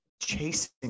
chasing